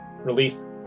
released